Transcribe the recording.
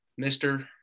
mr